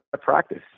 practice